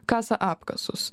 kasa apkasus